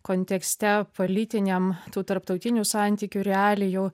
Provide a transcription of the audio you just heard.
kontekste politiniam tų tarptautinių santykių realijų